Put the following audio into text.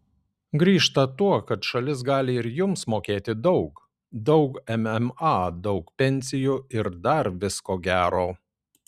grįžta tuo kad šalis gali ir jums mokėti daug daug mma daug pensijų ir dar visko gero